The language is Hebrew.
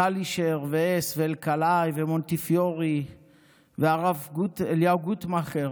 קלישר והס ואלקלעי ומונטיפיורי והרב אליהו גוטמכר,